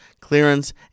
clearance